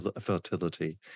fertility